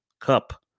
cup